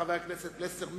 חבר הכנסת פלסנר,